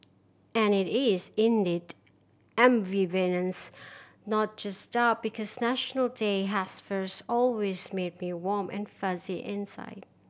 and it is indeed ambivalence not just doubt because National Day has first always made me warm and fuzzy inside